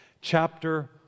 chapter